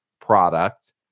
product